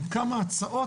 עם כמה הצעות,